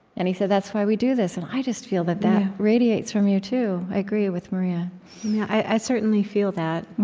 and he said, that's why we do this. and i just feel that that radiates from you too i agree with maria yeah i certainly feel that.